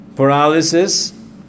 Paralysis